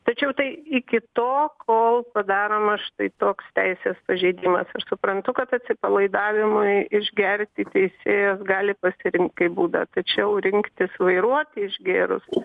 tačiau tai iki tol kol padaroma štai toks teisės pažeidimas aš suprantu kad atsipalaidavimui išgerti teisėjas gali pasirinkt kaip būdą tačiau rinktis vairuoti išgėrus